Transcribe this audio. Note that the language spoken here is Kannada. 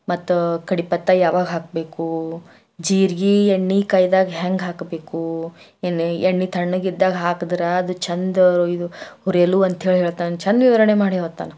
ಮತ್ತೆ ಕಡಿ ಪತ್ತ ಯಾವಾಗ ಹಾಕಬೇಕು ಜೀರಿಗೆ ಎಣ್ಣೆ ಕೈದಾಗ ಹ್ಯಾಂಗೆ ಹಾಕಬೇಕು ಎಣ್ಣೆ ಎಣ್ಣೆ ತಣ್ಣಗಿದ್ದಾಗ ಹಾಕ್ದರೆ ಅದು ಚೆಂದ ಇದು ಹುರಿಯಲು ಅಂಥೇಳಿ ಹೇಳ್ತಾನೆ ಚೆಂದ ವಿವರಣೆ ಮಾಡಿ ಹೇಳ್ತಾನವ